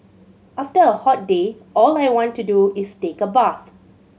after a hot day all I want to do is take a bath